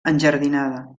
enjardinada